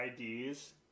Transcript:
IDs